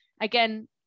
again